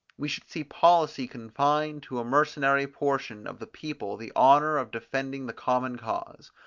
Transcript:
we should see policy confine to a mercenary portion of the people the honour of defending the common cause.